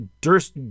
Durst